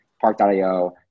park.io